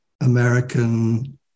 American